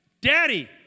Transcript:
Daddy